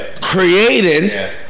created